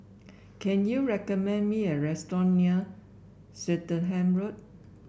can you recommend me a restaurant near Swettenham Road